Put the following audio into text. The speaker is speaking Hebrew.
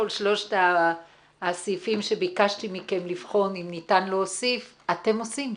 כל שלושת הסעיפים שביקשתי מכם לבחון אם ניתן להוסיף אתם עושים?